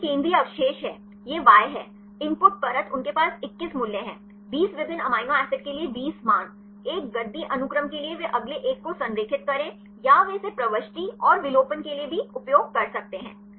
तो यह केंद्रीय अवशेष है यह Y है इनपुट परत उनके पास 21 मूल्य है 20 विभिन्न अमीनो एसिड के लिए 20 मान 1 गद्दी अनुक्रम के लिए कि वे अगले एक को संरेखित करें या वे इसे प्रविष्टि और विलोपन के लिए भी उपयोग कर सकते हैं